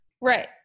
Right